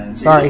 Sorry